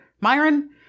Myron